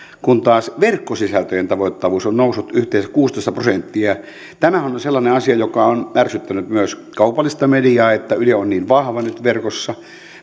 kun taas verkkosisältöjen tavoittavuus on noussut yhteensä kuusitoista prosenttia tämä on on sellainen asia joka on ärsyttänyt myös kaupallista mediaa että yle on niin vahva nyt verkossa